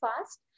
fast